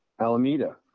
Alameda